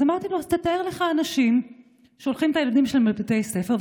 אז אמרתי לו: אז תתאר לך אנשים ששולחים את הילדים שלהם לבתי הספר,